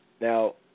Now